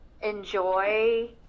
enjoy